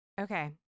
Okay